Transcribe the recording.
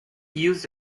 used